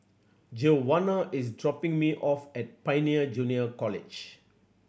Giovanna is dropping me off at Pioneer Junior College